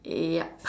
ya